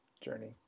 journey